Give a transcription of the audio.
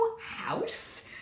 house